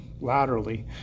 laterally